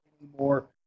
anymore